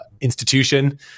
institution